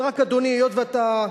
ורק, אדוני, היות שאתה,